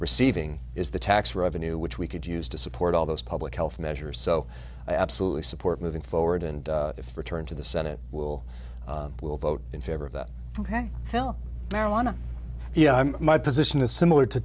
receiving is the tax revenue which we could use to support all those public health measures so i absolutely support moving forward and if returned to the senate will will vote in favor of that film marijuana my position is similar to